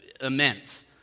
immense